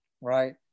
right